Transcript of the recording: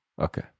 Okay